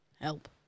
Help